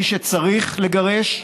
מי שצריך לגרשו,